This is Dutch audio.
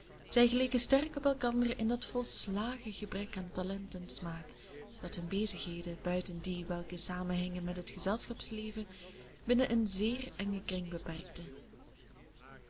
zij geleken sterk op elkander in dat volslagen gebrek aan talent en smaak dat hunne bezigheden buiten die welke samenhingen met het gezelschapsleven binnen een zeer engen kring beperkte